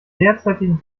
derzeitigen